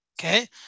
Okay